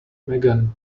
megan